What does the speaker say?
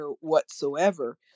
whatsoever